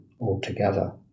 altogether